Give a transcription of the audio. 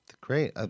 great